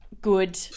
good